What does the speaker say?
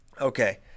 Okay